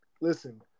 Listen